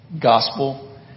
gospel